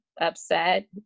upset